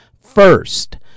First